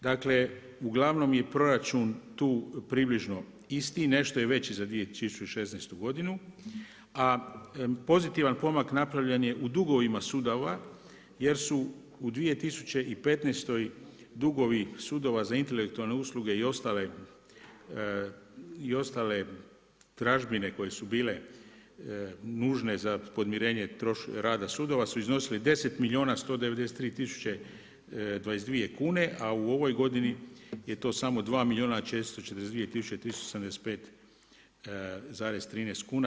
Dakle, ugl. je proračun tu približno isti, nešto je veći za 2016.g. a pozitivan pomak napravljen je u dugovima sudova, jer su u 2015. dugovi sudovi za intelektualne usluge i i ostale tražbine koje su bile nužne za podmirenje zarada sudova su iznosili 10 milijuna 193 tisuće 22 kune, a u ovoj godini je to samo 2 milijuna 442 tisuće 375,13 kuna.